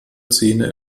zähne